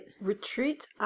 Retreat